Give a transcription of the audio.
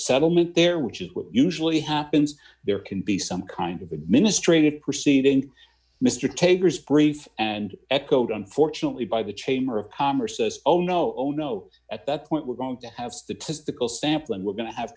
settlement there which is what usually happens there can be some kind of administrative proceeding mr taker's brief and echoed unfortunately by the chamber of commerce says oh no no at that point we're going to have statistical sample and we're going to have